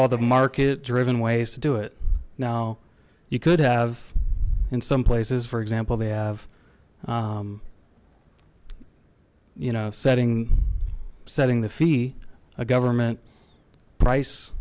all the market driven ways to do it now you could have in some places for example they have you know setting setting the fee a government price